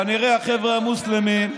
וכנראה החבר'ה המוסלמים,